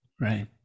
right